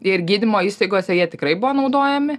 ir gydymo įstaigose jie tikrai buvo naudojami